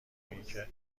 اینکه